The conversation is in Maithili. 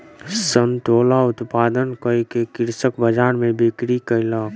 संतोला उत्पादन कअ के कृषक बजार में बिक्री कयलक